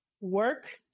work